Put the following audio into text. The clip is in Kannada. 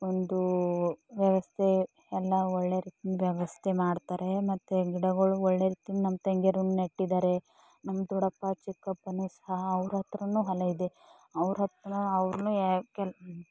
ಒಂದು ವ್ಯವಸ್ಥೆ ಎಲ್ಲ ಒಳ್ಳೆ ರೀತಿಯಿಂದ ವ್ಯವಸ್ಥೆ ಮಾಡ್ತಾರೆ ಮತ್ತು ಗಿಡಗಳಿಗೆ ಒಳ್ಳೆ ರೀತಿಯಲ್ಲಿ ನಮ್ಮ ತಂಗಿಯರು ನೆಟ್ಟಿದ್ದಾರೆ ನಮ್ಮ ದೊಡ್ಡಪ್ಪ ಚಿಕ್ಕಪ್ಪನೂ ಸಹ ಅವ್ರ ಹತ್ರನು ಹೊಲ ಇದೆ ಅವ್ರ ಹತ್ರನೂ ಅವ್ರುನೂ